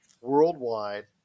worldwide